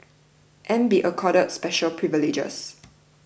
and be accorded special privileges